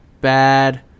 Bad